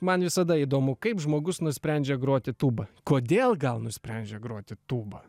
man visada įdomu kaip žmogus nusprendžia groti tūba kodėl gal nusprendžia groti tūba